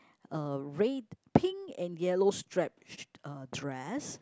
a red pink and yellow stripe uh dress